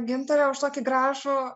gintare už tokį gražų